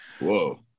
Whoa